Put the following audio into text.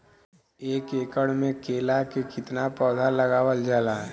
एक एकड़ में केला के कितना पौधा लगावल जाला?